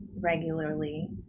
regularly